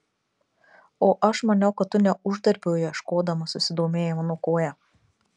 o aš maniau kad tu ne uždarbio ieškodamas susidomėjai mano koja